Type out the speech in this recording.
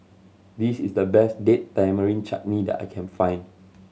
this is the best Date Tamarind Chutney that I can find